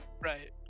Right